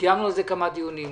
קיימנו על זה כמה דיונים.